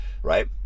Right